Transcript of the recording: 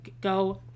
go